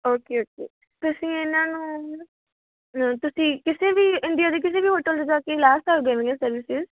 okay okay ਤੁਸੀਂ ਇਨਾਂ ਨੂੰ ਤੁਸੀਂ ਕਿਸੇ ਵੀ ਇੰਡੀਆ ਦੇ ਕਿਸੇ ਵੀ ਹੋਟਲ 'ਚ ਜਾ ਕੇ ਲੈ ਸਕਦੇ ਇਹਨਾਂ ਦੀਆਂ ਸਰਵਿਸਿਸ